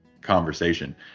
conversation